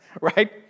right